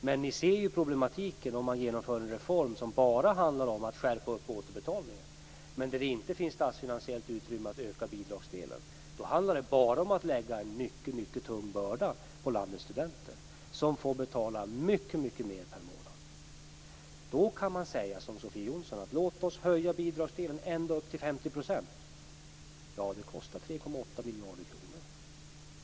Men ni ser ju problematiken om man genomför en reform som bara handlar om att skärpa upp återbetalningen, där det inte finns statsfinansiellt utrymme för att öka bidragsdelen. Då handlar det bara om att lägga en mycket tung börda på landets studenter, som får betala mycket mer per månad. Då kan man säga som Sofia Jonsson: Låt oss höja bidragsdelen ända upp till 50 %. Men det kostar 3,8 miljarder kronor.